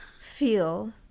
feel